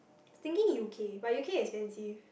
thinking U_K but U_K expensive